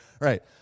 right